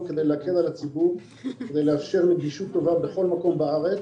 כדי להקל על הציבור ולאפשר נגישות טובה בכל מקום בארץ.